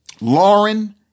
Lauren